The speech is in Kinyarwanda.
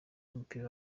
w’umupira